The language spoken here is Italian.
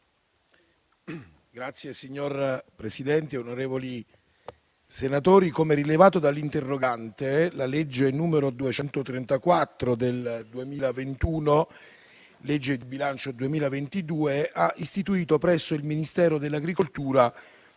foreste*. Signor Presidente, onorevoli senatori, come rilevato dall'interrogante, la legge n. 234 del 2021 (legge di bilancio 2022) ha istituito presso il Ministero dell'agricoltura